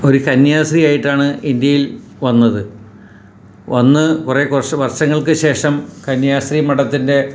ഒരു കന്യാസ്ത്രീയായിട്ടാണ് ഇന്ത്യയിൽ വന്നത് വന്ന് കുറച്ച് കുറെ വർഷങ്ങൾക്ക് ശേഷം കന്യാസ്ത്രീ മഠത്തിൻ്റെ